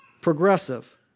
progressive